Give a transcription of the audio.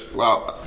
wow